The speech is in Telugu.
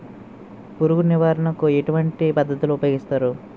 పురుగు నివారణ కు ఎటువంటి పద్ధతులు ఊపయోగిస్తారు?